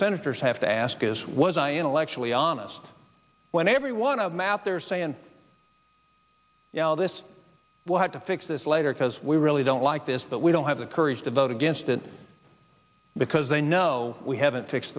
senators have to ask is was i intellectually honest when every one of them out there saying this will have to fix this later because we really don't like this that we don't have the courage to vote against it because they know we haven't fix